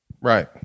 Right